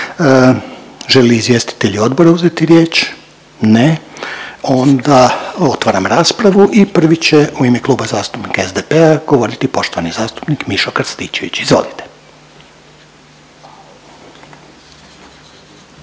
li izvjestitelji odbora uzeti riječ? Ne. Onda otvaram raspravu i prvi će u ime Kluba zastupnika SDP-a govoriti poštovani zastupnik Mišo Krstičević. Izvolite.